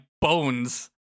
bones